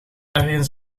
ergens